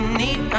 need